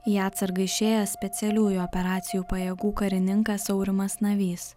į atsargą išėjęs specialiųjų operacijų pajėgų karininkas aurimas navys